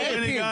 זאב אלקין.